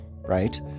right